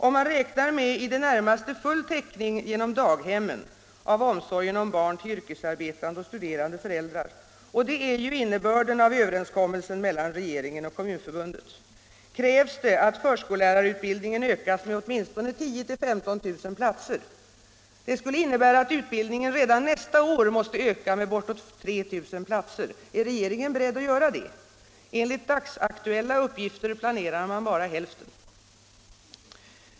Om man räknar med i det närmaste full täckning genom daghemmen av omsorgen om barn till yrkesarbetande och studerande föräldrar — och det är ju innebörden av överenskommelsen mellan regeringen och Kommunförbundet — krävs det att förskollärarutbildningen ökas med åtminstone 10 000-15 000 platser. Det skulle innebära att utbildningen redan nästa år måste ökas med bortåt 3 000 platser. Är regeringen beredd att göra det? Enligt dagsaktuella uppgifter planerar man bara för hälften.